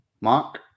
Mark